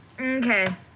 okay